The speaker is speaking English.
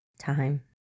time